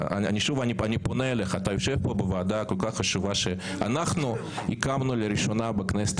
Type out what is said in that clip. אדוני היושב ראש, קחו חבר כנסת